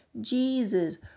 Jesus